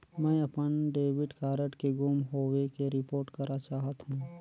मैं अपन debit card के गुम होवे के रिपोर्ट करा चाहत हों